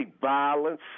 violence